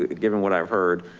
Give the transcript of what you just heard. ah given what i've heard,